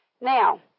Now